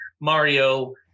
Mario